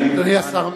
אדוני השר,